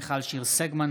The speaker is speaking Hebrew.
מיכל שיר סגמן,